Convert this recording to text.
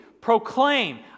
proclaim